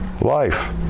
life